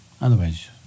Otherwise